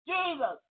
Jesus